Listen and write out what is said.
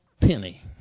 penny